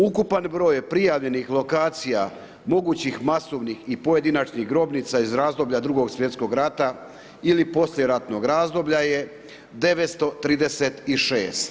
Ukupan broj prijavljenih lokacija, mogućih masovnih i pojedinačnih grobnica, iz razdoblja 2.sv. rata ili poslijeratnog razdoblja je 936.